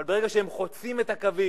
אבל ברגע שהם חוצים את הקווים,